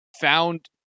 found